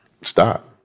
stop